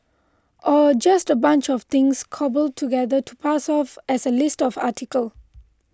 or just a bunch of things cobbled together to pass off as a list of article